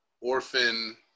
orphan